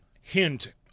hint